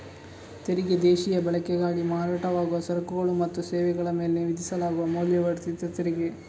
ತೆರಿಗೆ ದೇಶೀಯ ಬಳಕೆಗಾಗಿ ಮಾರಾಟವಾಗುವ ಸರಕುಗಳು ಮತ್ತು ಸೇವೆಗಳ ಮೇಲೆ ವಿಧಿಸಲಾಗುವ ಮೌಲ್ಯವರ್ಧಿತ ತೆರಿಗೆ